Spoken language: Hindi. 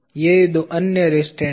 ये दो अन्य रिस्ट्रैन्ट हैं